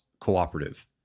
Cooperative